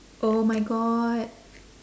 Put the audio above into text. oh my god